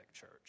church